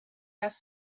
asked